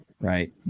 right